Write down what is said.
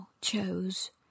chose